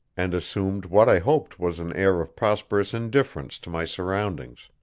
and assumed what i hoped was an air of prosperous indifference to my surroundings.